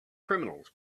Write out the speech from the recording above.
criminals